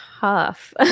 tough